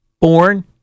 Born